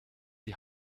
die